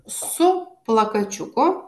su plakačiuku